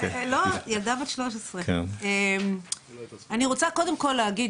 אני רוצה קודם כל להגיד,